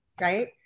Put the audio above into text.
right